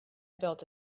built